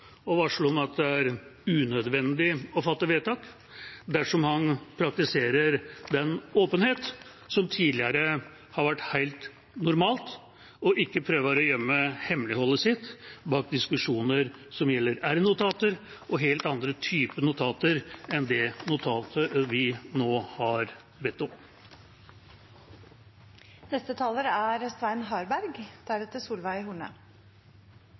varsle om at det er unødvendig å fatte vedtak, dersom han praktiserer den åpenhet som tidligere har vært helt normalt, og ikke prøver å gjemme hemmeligholdet sitt bak diskusjoner som gjelder r-notater og helt andre typer notater enn det notatet vi nå har bedt